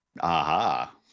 Aha